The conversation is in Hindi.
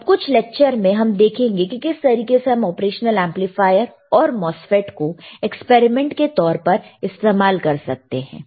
अब कुछ लेक्चर में हम देखेंगे कि किस तरीके से हम ऑपरेशनल एमप्लीफायर और MOSFET को एक्सपेरिमेंट के तौर पर इस्तेमाल कर सकते हैं